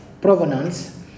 provenance